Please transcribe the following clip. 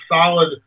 solid